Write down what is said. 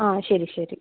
ആ ശരി ശരി